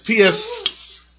PS